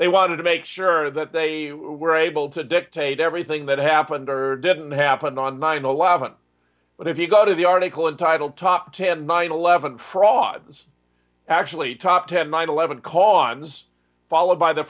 they wanted to make sure that they were able to dictate everything that happened or didn't happen on nine eleven but if you go to the article entitled top ten nine eleven frauds actually top ten nine eleven call on followed by the